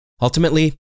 Ultimately